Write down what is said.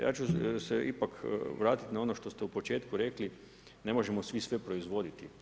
Ja ću se ipak vratiti na ono što ste u početku rekli, ne možemo svi sve proizvoditi.